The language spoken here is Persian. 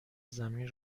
زمین